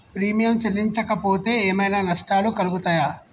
Premium చెల్లించకపోతే ఏమైనా నష్టాలు కలుగుతయా?